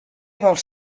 vols